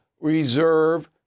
reserve